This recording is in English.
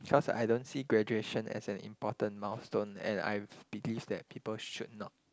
because I don't see graduation as an important milestone and I believe that people should not